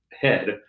head